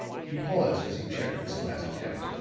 he paused as he checked this last count,